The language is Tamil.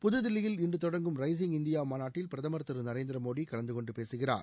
புதுதில்லியில் இன்று தொடங்கும் ரைசிங் இந்தியா மாநாட்டில் பிரதம் திரு நரேந்திர மோடி கலந்துகொண்டு பேசுகிறார்